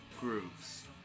Grooves